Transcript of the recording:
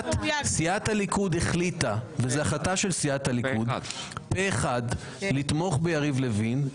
סיעת הליכוד החליטה פה אחד לתמוך ביריב לוין,